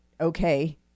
okay